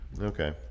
Okay